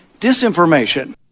disinformation